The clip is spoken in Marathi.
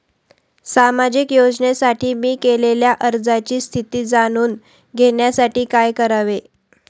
सामाजिक योजनेसाठी मी केलेल्या अर्जाची स्थिती जाणून घेण्यासाठी काय करावे?